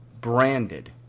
branded